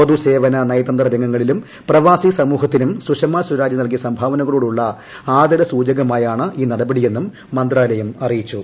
പൊതുസേവന നയതന്ത്ര രംഗങ്ങളിലും പ്രവാസി സമൂഹത്തിനും സ്വരാജ് നൽകിയ സുഷമ സംഭാവനകളോടുള്ള ആദരസൂചകമായാണ് ഈ നടപടിയെന്നും മന്ത്രാലയം അറിയിച്ചു